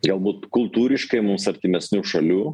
galbūt kultūriškai mums artimesnių šalių